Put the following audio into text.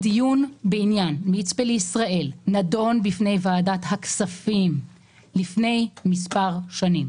הדיון בעניין מצפה לישראל נדון בפני ועדת הכספים לפני מספר שנים.